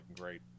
great